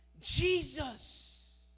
Jesus